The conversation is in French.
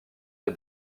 des